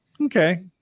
Okay